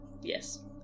yes